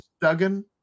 Duggan